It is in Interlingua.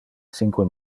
cinque